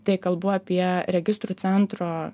tai kalbu apie registrų centro